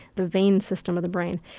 the vein system of the brain,